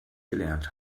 gelernt